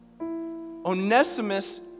Onesimus